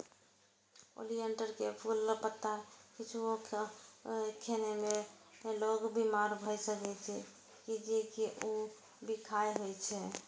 oleander के फूल, पत्ता किछुओ खेने से लोक बीमार भए सकैए, कियैकि ऊ बिखाह होइ छै